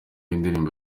indirimbo